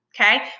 Okay